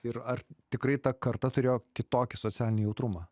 ir ar tikrai ta karta turėjo kitokį socialinį jautrumą